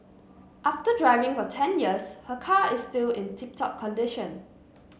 after driving for ten years her car is still in tip top condition